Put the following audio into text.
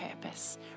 purpose